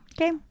Okay